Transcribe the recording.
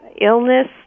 illness